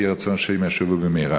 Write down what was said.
יהי רצון שהם ישובו במהרה.